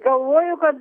galvoju kad